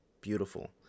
Beautiful